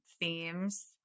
themes